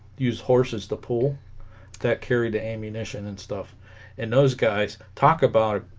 use horses to pool that carried the ammunition and stuff and those guys talk about